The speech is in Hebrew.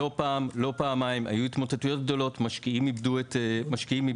לא פעם ולא פעמיים היו התמוטטויות גדולות ומשקיעים איבדו את כספם.